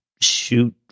shoot